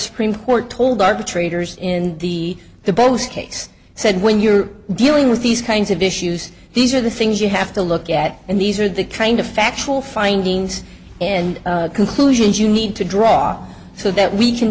supreme court told arbitrators in the the both case said when you're dealing with these kinds of issues these are the things you have to look at and these are the kind of factual findings and conclusions you need to draw so that we can